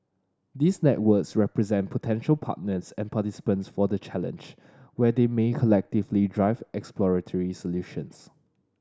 these networks represent potential partners and participants for the challenge where they may collectively drive exploratory solutions